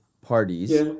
parties